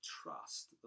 trust